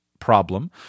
problem